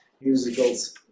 Musicals